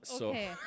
okay